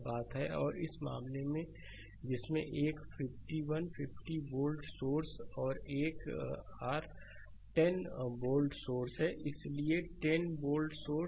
यह बात और आर इस मामले में जिसमें एक 51 50 वोल्ट सोर्स और एक आर 10 वोल्ट सोर्स है इसलिए 10 वोल्ट सोर्स